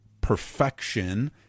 perfection